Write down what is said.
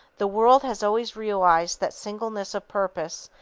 the world has always realized that singleness of purpose,